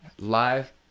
live